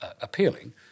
appealing